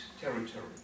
territory